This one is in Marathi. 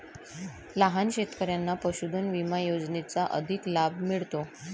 लहान शेतकऱ्यांना पशुधन विमा योजनेचा अधिक लाभ मिळतो